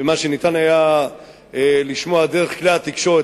ומה שניתן היה לשמוע דרך כלי התקשורת,